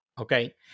Okay